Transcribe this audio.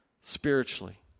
spiritually